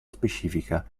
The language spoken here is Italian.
specifica